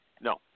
No